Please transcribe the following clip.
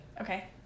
Okay